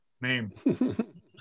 name